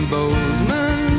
Bozeman